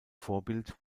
vorbild